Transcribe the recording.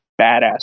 badass